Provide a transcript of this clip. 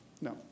No